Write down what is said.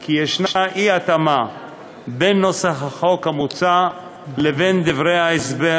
כי ישנה אי-התאמה בין נוסח החוק המוצע לבין דברי ההסבר